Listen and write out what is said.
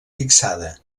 fixada